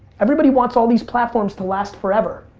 everybody wants all these platforms to last forever,